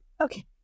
Okay